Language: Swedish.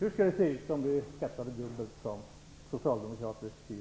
Hur skulle det se ut om vi skattade dubbelt, sade man i det socialdemokratiskt styrda